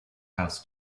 house